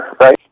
right